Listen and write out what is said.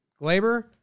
Glaber